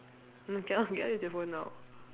no cannot cannot use your phone now